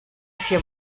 vier